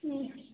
ம்